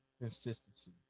consistency